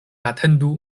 atendu